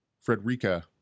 Frederica